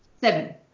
Seven